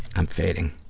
i'm fading.